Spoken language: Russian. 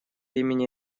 имени